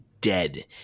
dead